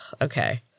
okay